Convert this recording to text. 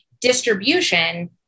Distribution